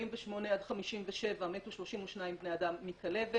שנת 48-57 מתו 32 בני אדם מכלבת.